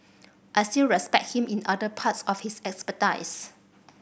I still respect him in other parts of his expertise